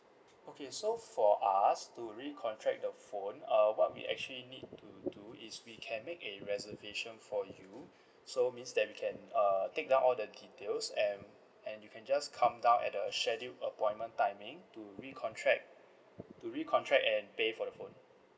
okay so for us to re contract the phone uh what we actually need to do is we can make a reservation for you so means that we can err take down all the details and and you can just come down at a scheduled appointment timing to recontract to recontract and pay for the phone